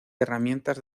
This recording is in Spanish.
herramientas